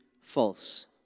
false